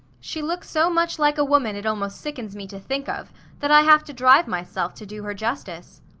she looks so much like a woman it almost sickens me to think of that i have to drive myself to do her justice.